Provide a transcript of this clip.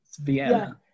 Vienna